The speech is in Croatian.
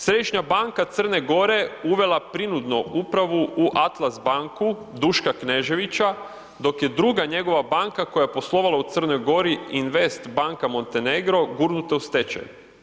Središnja banka Crne Gore uvela prinudno upravo u Atlas banku Duška Kneževića, dok je druga njegova banka koja je poslovala u Crnoj Gori Invest banka Montenegro, gurnuta u stečaj.